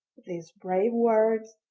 these brave words,